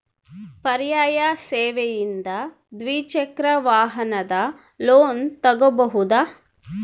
ಪರ್ಯಾಯ ಸೇವೆಯಿಂದ ದ್ವಿಚಕ್ರ ವಾಹನದ ಲೋನ್ ತಗೋಬಹುದಾ?